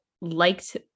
liked